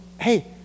hey